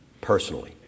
personally